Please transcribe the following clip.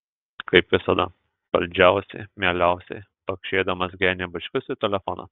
kaip visada saldžiausiai meiliausiai pakšėdamas genei bučkius į telefoną